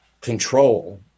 control